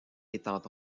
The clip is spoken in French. étant